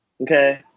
okay